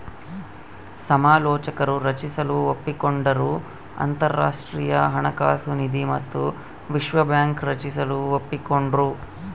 ಸಮಾಲೋಚಕರು ರಚಿಸಲು ಒಪ್ಪಿಕೊಂಡರು ಅಂತರಾಷ್ಟ್ರೀಯ ಹಣಕಾಸು ನಿಧಿ ಮತ್ತು ವಿಶ್ವ ಬ್ಯಾಂಕ್ ರಚಿಸಲು ಒಪ್ಪಿಕೊಂಡ್ರು